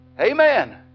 Amen